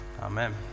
Amen